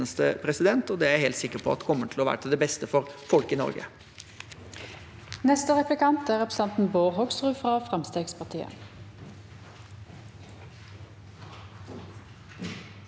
og det er jeg helt sikker på at kommer til å være til det beste for folk i Norge.